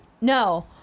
no